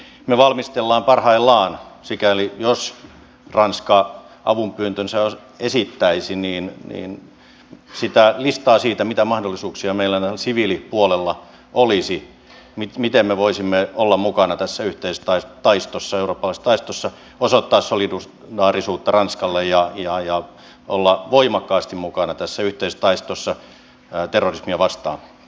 me valmistelemme parhaillaan sikäli jos ranska avunpyyntönsä esittäisi sitä listaa siitä mitä mahdollisuuksia meillä täällä siviilipuolella olisi miten me voisimme olla mukana tässä yhteistaistossa eurooppalaistaistossa osoittaa solidaarisuutta ranskalle ja olla voimakkaasti mukana tässä yhteistaistossa terrorismia vastaan